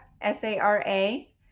S-A-R-A